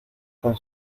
con